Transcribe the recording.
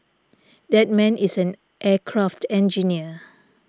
that man is an aircraft engineer